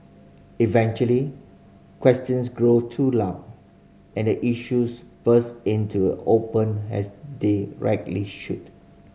eventually questions grow too loud and the issues burst into open as they rightly should